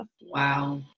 wow